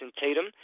Tatum